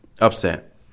upset